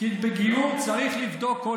זה לא קשור לגיור.